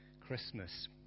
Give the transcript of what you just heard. Christmas